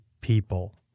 people